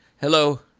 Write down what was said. Hello